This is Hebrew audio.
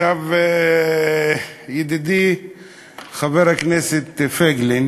ידידי חבר הכנסת פייגלין